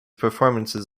performances